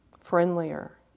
friendlier